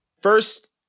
First